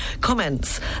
comments